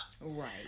Right